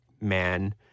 man